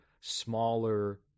smaller